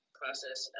process